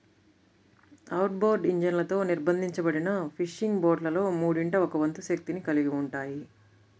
outboard ఇంజన్లతో నిర్బంధించబడిన fishing బోట్లలో మూడింట ఒక వంతు శక్తిని కలిగి ఉంటాయి